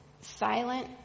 silent